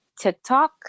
TikTok